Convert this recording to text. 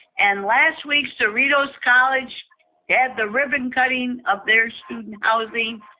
and last week, cerritos college had the ribbon cutting of their student housing.